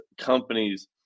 companies